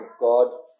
God